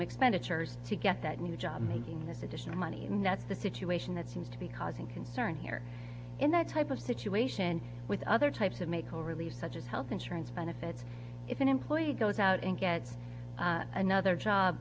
expenditures to get that new job making this additional money and that's the situation that seems to be causing concern here in that type of situation with other types of maiko release such as health insurance benefits if an employee goes out and get another job